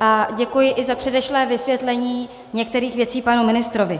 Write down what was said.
a děkuji i za předešlé vysvětlení některých věcí panu ministrovi.